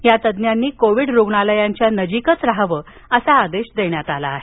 या तज्ञांनी कोविड रुग्णालयानजिक रहावं असा आदेश देण्यात आला आहे